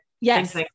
Yes